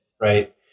right